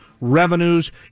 revenues